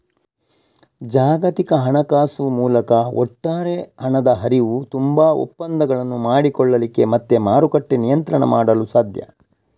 ಜಾಗತಿಕ ಹಣಕಾಸು ಮೂಲಕ ಒಟ್ಟಾರೆ ಹಣದ ಹರಿವು, ತುಂಬಾ ಒಪ್ಪಂದಗಳನ್ನು ಮಾಡಿಕೊಳ್ಳಿಕ್ಕೆ ಮತ್ತೆ ಮಾರುಕಟ್ಟೆ ನಿಯಂತ್ರಣ ಮಾಡಲು ಸಾಧ್ಯ